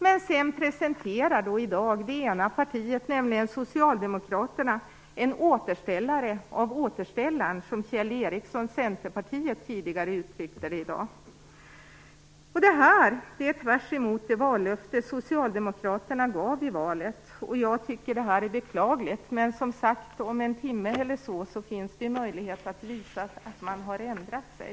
Men sedan presenterar då i dag det ena partiet, nämligen Socialdemokraterna, en återställare av återställaren, som Kjell Ericsson, Centerpartiet, tidigare uttryckte det i dag. Det här är tvärtemot det vallöfte Socialdemokraterna gav i valet, och jag tycker att det är beklagligt. Men som sagt: Om en timme eller så finns det möjlighet att visa att man har ändrat sig.